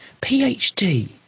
PhD